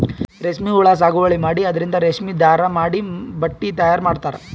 ರೇಶ್ಮಿ ಹುಳಾ ಸಾಗುವಳಿ ಮಾಡಿ ಅದರಿಂದ್ ರೇಶ್ಮಿ ದಾರಾ ಮಾಡಿ ಬಟ್ಟಿ ತಯಾರ್ ಮಾಡ್ತರ್